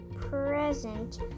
present